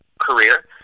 career